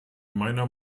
meiner